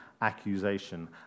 accusation